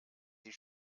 die